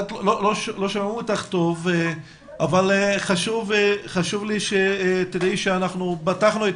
לא שמעו אותך טוב אבל חשוב לי שתדעו שפתחנו את